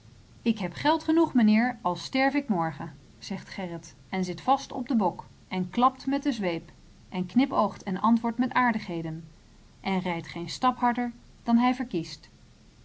ik heb geld genoeg menheer al sterf ik morgen zegt gerrit en zit vast op den bok en klapt met de zweep en knipoogt en antwoordt met aardigheden en rijdt geen stap harder dan hij verkiest